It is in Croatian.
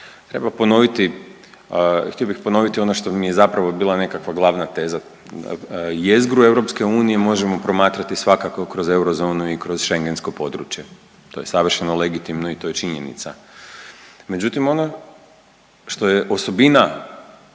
jezgri. Htio bih ponoviti ono što mi je zapravo bila nekakva glavna teza, jezgru EU možemo promatrati svakako kroz eurozonu i kroz schengensko područje, to je savršeno legitimno i to je činjenica, međutim ono što je osobina